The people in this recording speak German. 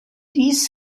dies